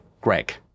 greg